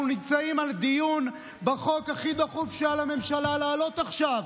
נמצאים בדיון בחוק הכי דחוף שהיה לממשלה להעלות עכשיו,